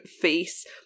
face